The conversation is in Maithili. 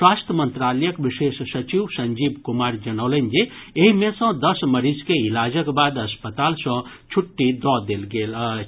स्वास्थ्य मंत्रालयक विशेष सचिव संजीव कुमार जनौलनि जे एहि मे सँ दस मरीज के इलाजक बाद अस्पताल सँ छुट्टी दऽ देल गेल अछि